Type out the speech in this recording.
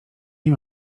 nie